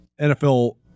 NFL